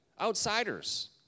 Outsiders